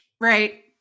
right